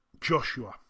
Joshua